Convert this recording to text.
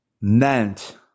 meant